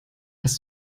hast